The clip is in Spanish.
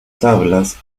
tablas